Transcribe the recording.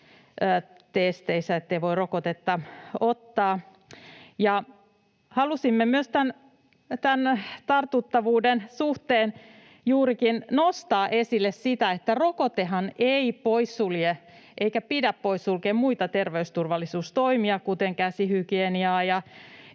sitä, voiko rokotetta ottaa. Halusimme myös tämän tartuttavuuden suhteen juurikin nostaa esille sitä, että rokotehan ei poissulje eikä sen pidä poissulkea muita terveysturvallisuustoimia, kuten käsihygieniaa,